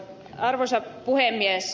arvoisa puhemies